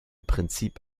prinzip